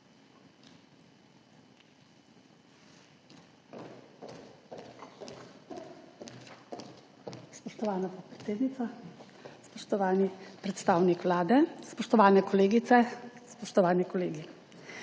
Spoštovana podpredsednica, spoštovani predstavnik Vlade, spoštovane kolegice, spoštovani kolegi!